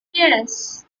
yes